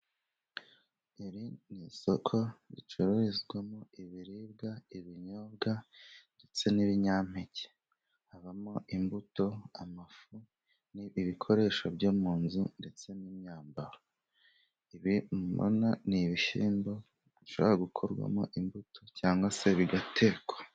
Iri ni isoko ricururizwamo ibiribwa, ibinyobwa, ndetse n'ibinyampeke. Habamo imbuto, amafu, n'ibikoresho byo mu nzu ndetse n'imyambaro. Ibi mubona ni ibishyimbo bishobora gukorwamo imbuto cyangwa se bigatekwa.